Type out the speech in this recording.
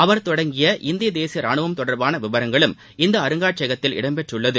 அவர் தொடங்கிய இந்திய தேசிய ரானுவம் தொடர்பான விவரங்களும் இந்த அருங்காட்சியகத்தில் இடம்பெற்றுள்ளன